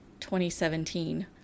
2017